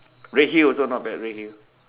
redhill also not bad redhill